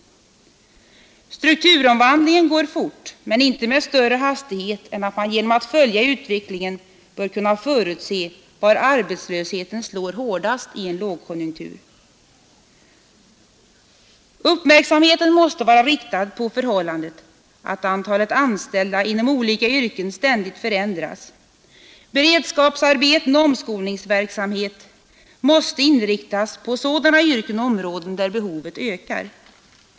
Strukturomvandlingen går fort men inte med större hastighet än att man genom att följa utvecklingen bör kunna förutse var arbetslösheten slår hårdast i en lågkonjunktur. Uppmärksamheten måste vara riktad på det förhållandet att antalet anställda inom olika yrken ständigt förändras. Beredskapsarbeten och omskolningsverksamhet måste inriktas på sådana yrken och områden där behovet ökar.